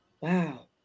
wow